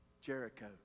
Jericho